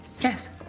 Yes